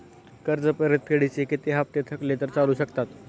कर्ज परतफेडीचे किती हप्ते थकले तर चालू शकतात?